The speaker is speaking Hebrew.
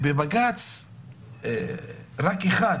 בבג"ץ רק אחד